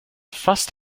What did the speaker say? fast